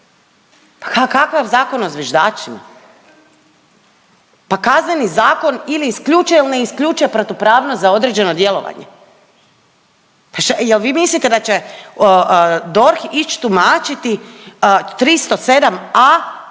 Kakav Zakon o zviždačima, pa Kazneni zakon ili isključuje ili ne isključuje protupravnost za određeno djelovanje, pa šta, jel vi mislite da će DORH ići tumačiti 307a.